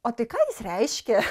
o tai ką jis reiškia